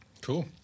Cool